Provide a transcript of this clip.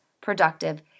productive